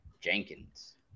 Jenkins